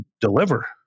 deliver